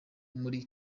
muri